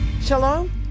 Shalom